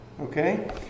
okay